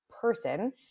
person